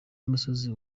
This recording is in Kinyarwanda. umusozi